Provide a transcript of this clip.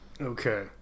Okay